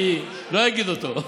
לא אגיד אותו.